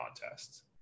contests